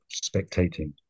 spectating